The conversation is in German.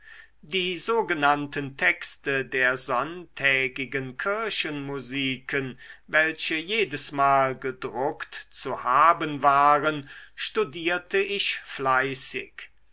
die sogenannten texte der sonntägigen kirchenmusiken welche jedesmal gedruckt zu haben waren studierte ich fleißig